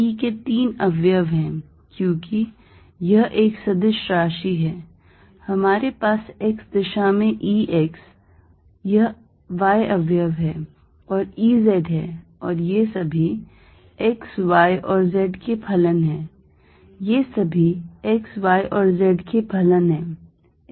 E के 3 अवयव हैं क्योंकि यह एक सदिश राशि है हमारे पास x दिशा में E x यह y अवयव है और E z है और ये सभी x y और z के फलन हैं ये सभी x y और z के फलन हैं x y और z